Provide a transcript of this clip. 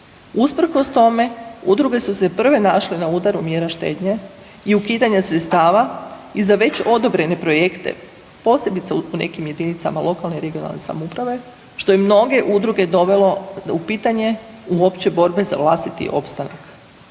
Usprkos tome udruge su se prve našle na udaru mjera štednje i ukidanja sredstva i za već odobrene projekte posebice u nekim jedinicama lokalne i regionalne samouprave što je mnoge udruge dovelo u pitanje uopće borbe za vlastiti opstanak.